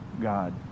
God